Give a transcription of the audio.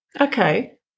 Okay